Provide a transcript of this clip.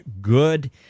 good